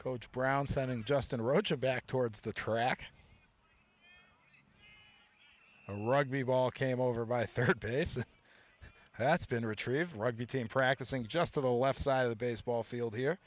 coach brown sending justin roach a back towards the track a rugby ball came over by third base that's been retrieved rugby team practicing just to the left side of the baseball field here